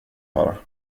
höra